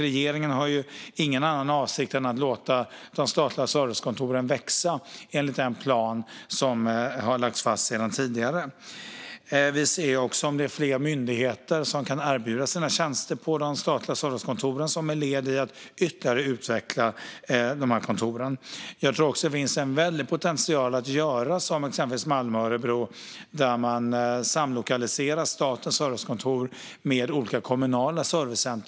Regeringen har ingen annan avsikt än att låta de statliga servicekontoren öka enligt den plan som lagts fast sedan tidigare. Vi ser även på om det finns fler myndigheter som kan erbjuda sina tjänster på de statliga servicekontoren som ett led i att ytterligare utveckla dem. Jag tror att det finns en väldig potential i att göra som exempelvis Malmö och Örebro där man samlokaliserar statens servicekontor med olika slags kommunal service.